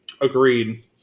Agreed